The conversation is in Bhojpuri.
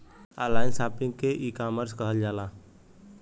ऑनलाइन शॉपिंग के ईकामर्स कहल जाला